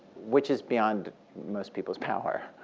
which is beyond most people's power.